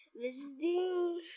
Visiting